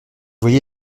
voyez